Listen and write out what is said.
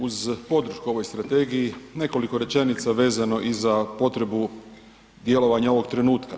Uz podršku ovoj strategiji nekoliko rečenica vezano i za potrebu djelovanja ovog trenutka.